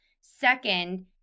Second